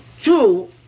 Two